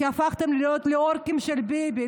הפכתם להיות לאורקים של ביבי,